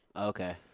Okay